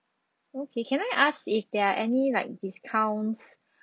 okay can I ask if there are any like discounts